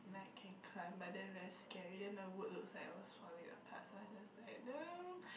like can climb but then very scary then the wood looks like it was falling apart so I just like nope